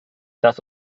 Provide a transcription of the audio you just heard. das